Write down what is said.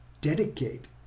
dedicate